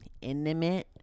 intimate